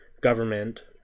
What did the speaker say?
government